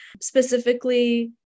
Specifically